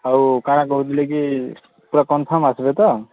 ଆଉ କାଣା କହୁଥିଲି କି ପୂରା କନଫର୍ମ ଆସିବେ ତ